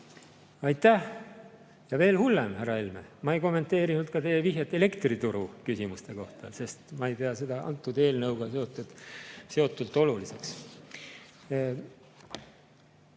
Aitäh! Ja veel hullem, härra Helme, ma ei kommenteerinud ka teie vihjet elektrituru küsimuste kohta, sest ma ei pea seda antud eelnõuga seotult oluliseks.